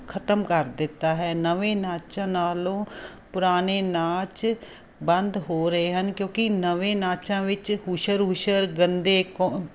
ਖਤਮ ਕਰ ਦਿੱਤਾ ਹੈ ਨਵੇਂ ਨਾਚਾਂ ਨਾਲੋਂ ਪੁਰਾਣੇ ਨਾਚ ਬੰਦ ਹੋ ਰਹੇ ਹਨ ਕਿਉਂਕਿ ਨਵੇਂ ਨਾਚਾਂ ਵਿੱਚ ਹੁਸ਼ਰ ਹੁਸ਼ਰ ਗੰਦੇ